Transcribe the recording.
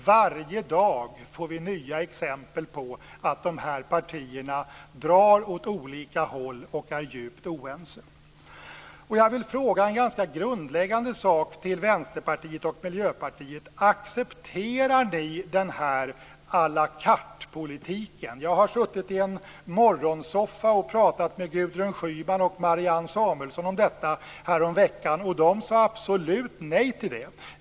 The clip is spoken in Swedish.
Varje dag får vi nya exempel på att dessa partier drar åt olika håll och att de är djupt oense. Jag vill ställa en grundläggande fråga till Vänsterpartiet och Miljöpartiet: Accepterar ni denna à la carte-politik? Jag satt i en soffa i ett morgonprogram och pratade med Gudrun Schyman och Marianne Samuelsson häromveckan. De sade absolut nej till detta.